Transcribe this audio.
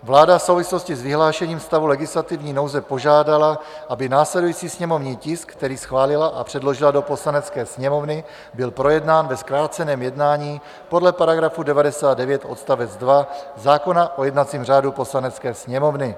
Vláda v souvislosti s vyhlášením stavu legislativní nouze požádala, aby následující sněmovní tisk, který schválila a předložila do Poslanecké sněmovny, byl projednán ve zkráceném jednáním podle § 99 odst. 2 zákona o jednacím řádu Poslanecké sněmovny.